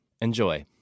Enjoy